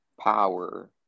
power